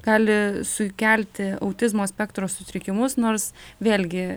gali sukelti autizmo spektro sutrikimus nors vėlgi